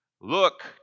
Look